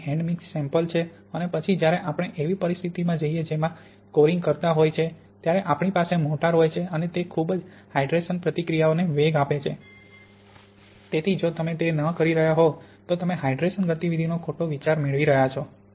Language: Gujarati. અહીં હેન્ડ મિક્સ સેમ્પલ છે અને પછી જ્યારે આપણે એવી પરિસ્થિતિમાં જઈએ જેમાં કોરિંગ કરતા હોય છે ત્યારે આપણી પાસે મોર્ટાર હોય છે તે ખૂબ જ હાઇડ્રેશન પ્રતિક્રિયાઓને વેગ આપે છે તેથી જો તમે તે ન કરી રહ્યા હોવ તો તમે હાઇડ્રેશન ગતિવિધિનો ખોટો વિચાર મેળવી રહ્યા છો